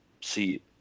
see